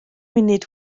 munud